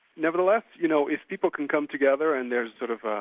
nevertheless, you know, if people can come together and there's sort of